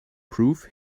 prove